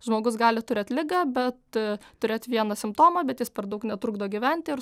žmogus gali turėt ligą bet turėt vieną simptomą bet jis per daug netrukdo gyventi ir